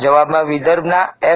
જવાબમાં વિદર્ભે એફ